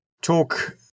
talk